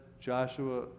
Joshua